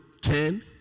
ten